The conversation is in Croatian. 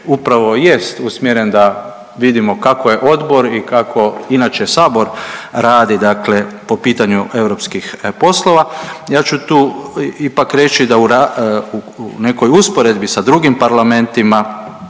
upravo jest usmjeren da vidimo kako je odbor i kako inače sabor radi dakle po pitanju europskih poslova, ja ću tu ipak reći da u nekoj usporedbi sa drugim parlamentima,